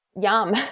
yum